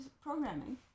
programming